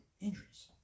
Injuries